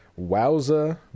Wowza